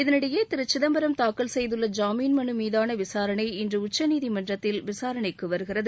இதனிடையே திரு சிதம்பரம் தாக்கல் செய்துள்ள ஜாமீன் மனு மீதாள விசாரணை இன்று உச்சநீதிமன்றத்தில் விசாரணைக்கு வருகிறது